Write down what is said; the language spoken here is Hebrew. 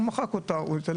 הוא מחק אותה.